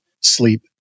sleep